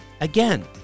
Again